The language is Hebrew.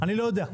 אני לא יודע,